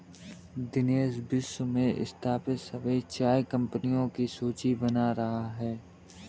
दिनेश विश्व में स्थापित सभी चाय कंपनियों की सूची बना रहा है